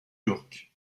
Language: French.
york